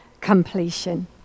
completion